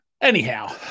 Anyhow